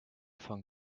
von